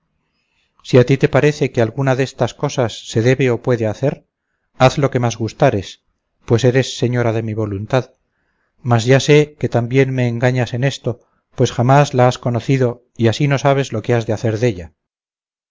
si a ti te parece que alguna destas cosas se debe o puede hacer haz lo que más gustares pues eres señora de mi voluntad mas ya sé que también me engañas en esto pues jamás la has conocido y así no sabes lo que has de hacer della